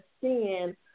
seeing